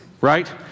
right